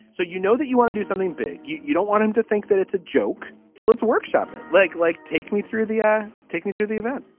so you know that you want to do something big. you you don't want him to think that it's a joke. so let's workshop leg like take me through the. yeah take me through the event